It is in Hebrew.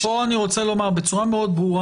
כאן אני רוצה לומר בצורה מאוד ברורה.